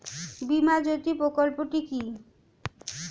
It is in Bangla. বীমা জ্যোতি প্রকল্পটি কি?